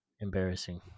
Embarrassing